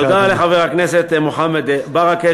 תודה לחבר הכנסת מוחמד ברכה,